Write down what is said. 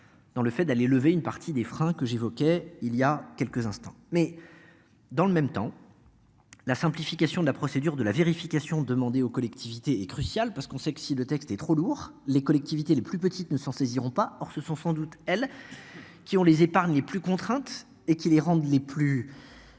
Dans le fait d'aller lever une partie des freins que j'évoquais il y a quelques instants, mais. Dans le même temps. La simplification de la procédure de la vérification demander aux collectivités est cruciale parce qu'on sait que si le texte est trop lourd, les collectivités les plus petites ne s'en saisiront pas. Or ce sont sans doute elle. Qui ont les épargnes les plus contrainte et qui les rendent les plus.